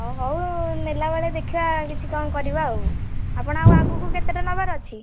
ହଁ ହଉ ଆଉ ନେଲା ବେଳେ ଦେଖିବା କିଛି କ'ଣ କରିବା ଆଉ ଆପଣ ଆଉ ଆଗକୁ କେତେଟା ନେବାର ଅଛି